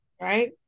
Right